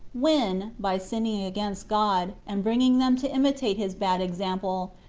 when, by sinning against god, and bringing them to imitate his bad example,